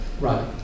Right